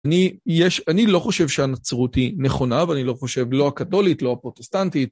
אני לא חושב שהנצרות היא נכונה, ואני לא חושב, לא הקתולית, לא הפרוטסטנטית.